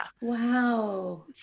Wow